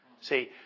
See